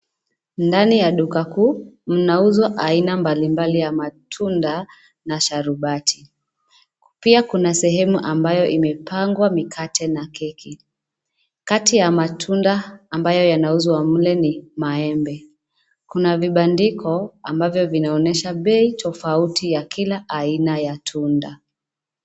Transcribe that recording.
Ndani ya duka kuu mnaulizwa aina mbalimbali ya matunda na sharubati. Pia kuna sehemu ambayo imepangwa mikate na keki. Kati ya matunda ambayo yanauzwa mle ni maembe. Kuna vibandiko ambavyo vinaonesha bei tofauti ya kila aina ya tunda.